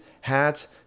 hats